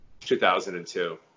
2002